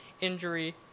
injury